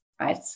right